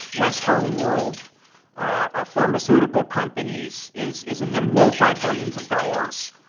western world ah pharmaceutical companies is is in the multi-billions of dollars.